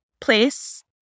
place